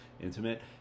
intimate